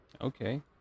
Okay